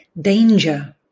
danger